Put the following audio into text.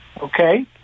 Okay